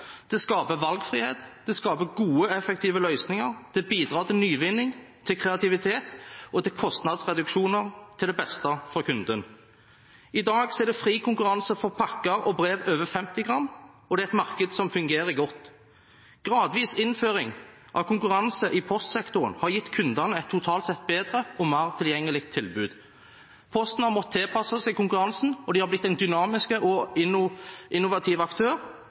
det skaper valgfrihet, det skaper gode, effektive løsninger, det bidrar til nyvinning, til kreativitet og til kostnadsreduksjoner til det beste for kunden. I dag er det fri konkurranse for pakker og brev over 50 gram, og det er et marked som fungerer godt. Gradvis innføring av konkurranse i postsektoren har gitt kundene et totalt sett bedre og mer tilgjengelig tilbud. Posten har måttet tilpasse seg konkurransen, og de har blitt en dynamisk og innovativ aktør,